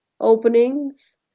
openings